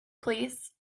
please